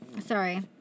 sorry